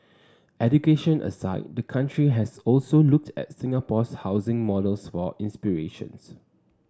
education aside the country has also looked at Singapore's housing models for inspirations